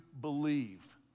believe